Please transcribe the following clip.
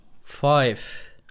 five